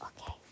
okay